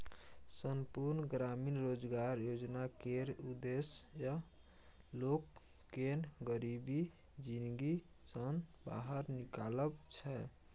संपुर्ण ग्रामीण रोजगार योजना केर उद्देश्य लोक केँ गरीबी जिनगी सँ बाहर निकालब छै